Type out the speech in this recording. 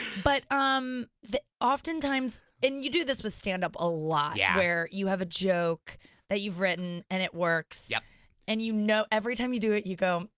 but um often times, and you do this with stand up a lot where you have a joke that you've written and it works, yeah and you know every time you do it you go,